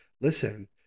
listen